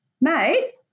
mate